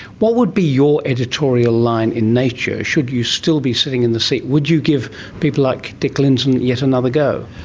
what would be your editorial line in nature should you still be sitting in the seat? would you give people like dick lindzen yet another go?